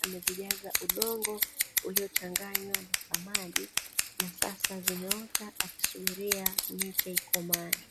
alivyovijaza udongo uliochanganywa na samadi na sasa zimeota akisubiria miche ikomae.